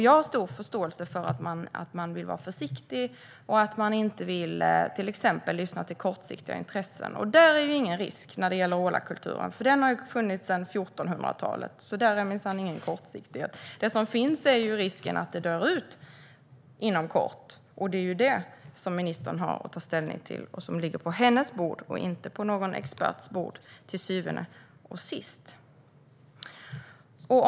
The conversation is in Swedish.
Jag har stor förståelse för att man vill vara försiktig och att man inte vill till exempel lyssna till kortsiktiga intressen. Där är det ingen risk när det gäller ålakulturen, eftersom den har funnits sedan 1400-talet. Där är det minsann ingen kortsiktighet. Den risk som finns är att ålakulturen dör ut inom kort, och det är det som ministern har att ta ställning till och som till syvende och sist ligger på hennes bord och inte på någon experts råd.